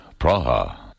Praha